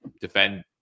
defend